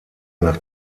nach